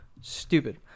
stupid